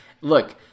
Look